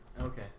Okay